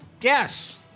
Yes